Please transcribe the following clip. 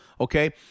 okay